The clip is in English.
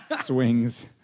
swings